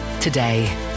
today